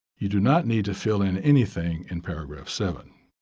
you do not need to fill in anything in paragraph seven.